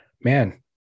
man